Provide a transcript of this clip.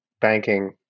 banking